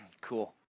cool